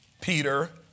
Peter